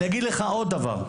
אגיד לך עוד דבר.